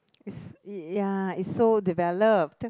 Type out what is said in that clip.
it's ya it's so developed